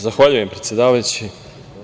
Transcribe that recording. Zahvaljujem, predsedavajući.